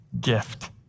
gift